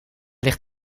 ligt